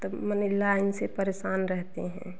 तब मलब मैं इनसे परेशान रहते हैं